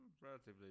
relatively